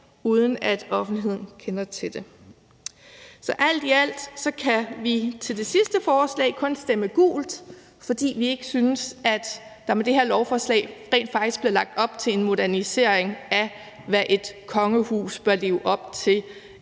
uden at offentligheden kender til det. Så alt i alt kan vi til det sidste forslag kun stemme gult, fordi vi ikke synes, at der med det her lovforslag rent faktisk bliver lagt op til en modernisering af, hvad et kongehus bør leve op til